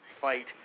fight